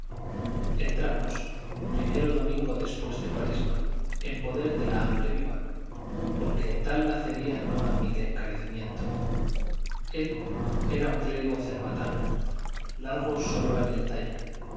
entramos primero domingo después de cuaresma en poder de la hambre viva porque tal laceria no admite encarecimiento él era un clérigo cerbatana largo sólo en el talle